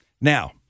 Now